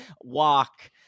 walk